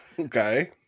Okay